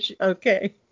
okay